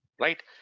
right